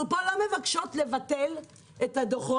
אנחנו פה לא מבקשות לבטל את הדוחות